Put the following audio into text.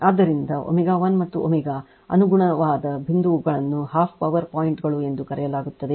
ಆದ್ದರಿಂದ ω 1 ಮತ್ತು ω ಅನುಗುಣವಾದ ಬಿಂದುಗಳನ್ನು 12 ಪವರ್ ಪಾಯಿಂಟ್ಗಳು ಎಂದು ಕರೆಯಲಾಗುತ್ತದೆ